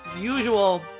usual